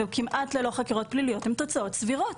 וכמעט ללא חקירות פליליות הן תוצאות סבירות?